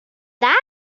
that